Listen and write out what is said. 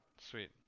Sweet